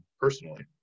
personally